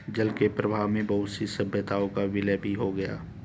जल के प्रवाह में बहुत सी सभ्यताओं का विलय भी हो गया